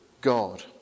God